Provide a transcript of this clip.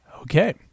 Okay